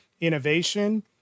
innovation